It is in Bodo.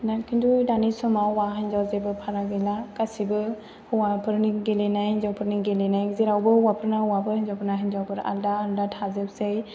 नों खिन्थु दानि समाव हौवा हिनजाव जेबो फाराग गैला गासिबो हौवाफोरनि गेलेनाय हिनजावफोरनि गेलेनाय जेरावबो हौवाफोरना हौवाफोर हिनजावफोरना हिनजावफोर आलदा आलदा थाजोबसै